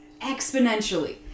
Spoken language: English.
exponentially